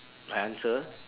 I answer